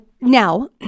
Now